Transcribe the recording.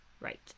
right